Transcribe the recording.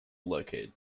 located